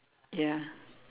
ya